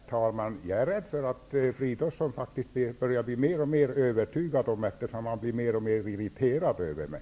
Herr talman! Jag misstänker att Filip Fridolfsson börjar bli mer och mer övertygad, eftersom han är mer och mer irriterad över mig.